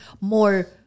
more